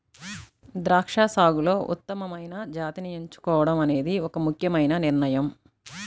ద్రాక్ష సాగులో ఉత్తమమైన జాతిని ఎంచుకోవడం అనేది ఒక ముఖ్యమైన నిర్ణయం